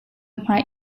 hmai